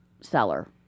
seller